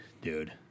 dude